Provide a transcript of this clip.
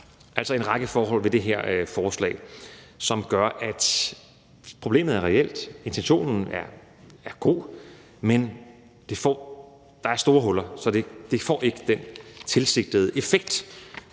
altså en række forhold ved det her forslag – og problemet er reelt – som gør, at intentionen er god, men der er store huller, så det får ikke den tilsigtede effekt.